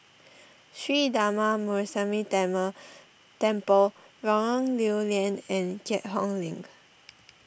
Sri Darma Muneeswaran Temple Lorong Lew Lian and Keat Hong Link